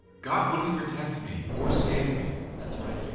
god wouldn't protect me or save me. that's right. yeah